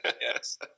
Yes